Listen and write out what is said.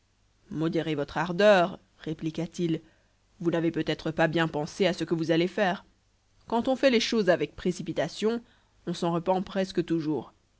modérez votre ardeur répliqua-t-il vous n'avez peut-être pas bien pensé à ce que vous allez faire quand on fait les choses avec précipitation on s'en repent presque toujours